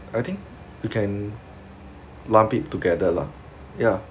I think you can lump it together lah ya